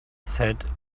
said